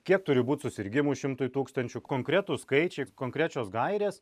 kiek turi būti susirgimų šimtui tūkstančių konkretūs skaičiai konkrečios gairės